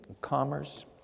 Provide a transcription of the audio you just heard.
commerce